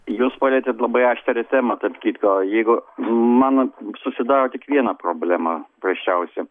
jūs palietėt labai aštrią temą tarp kitko jeigu mano susidaro tik viena problema prasčiausia